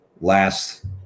last